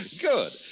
Good